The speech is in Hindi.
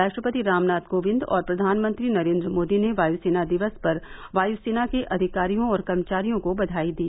राष्ट्रपति रामनाथ कोविंद और प्रधानमंत्री नरेन्द्र मोदी ने वायुसेना दिवस पर वायुसेना के अधिकारियों और कर्मचारियों को बधाई दी